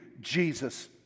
Jesus